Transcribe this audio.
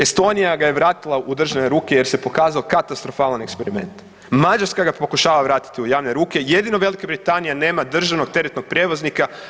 Estonija ga je vratila u državne ruke jer se pokazalo katastrofalan eksperiment, Mađarska ga pokušava vratiti u javne ruke jedino Velika Britanija nema državnog teretnog prijevoznika.